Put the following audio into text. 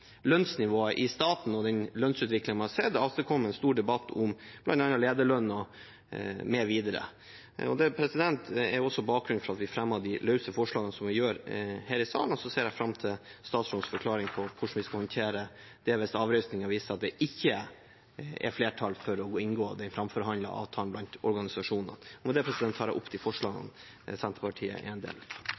i staten og den lønnsutviklingen man har sett, avstedkommet en stor debatt om bl.a. lederlønner mv. Det er også bakgrunnen for at vi fremmer de løse forslagene her i salen. Så ser jeg fram til statsrådens forklaring på hvordan vi skal håndtere dette hvis avrøystingen viser at det ikke er flertall for å inngå den framforhandlede avtalen blant organisasjonene. Med dette tar jeg opp forslagene fra Senterpartiet. Da har representanten Willfred Nordlund tatt opp forslagene han refererte til. Jeg er